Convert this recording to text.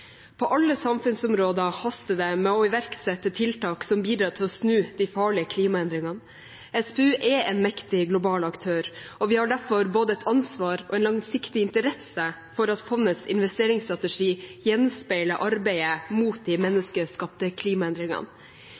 På alle samfunnsområder haster det med å iverksette tiltak som bidrar til å snu de farlige klimaendringene. SPU er en mektig global aktør, og vi har derfor både et ansvar for og en langsiktig interesse av at fondets investeringsstrategi gjenspeiler arbeidet mot de menneskeskapte klimaendringene.